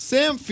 Sam